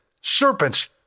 serpents